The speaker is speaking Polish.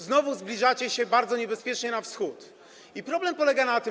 Znowu zbliżacie się bardzo niebezpiecznie do Wschodu i problem polega na tym.